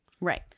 right